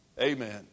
Amen